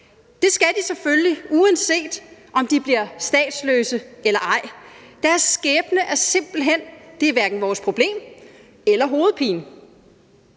Det skal de selvfølgelig, uanset om de bliver statsløse eller ej. Deres skæbne er hverken vores problem eller vores hovedpine.